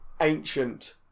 ancient